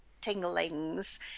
tinglings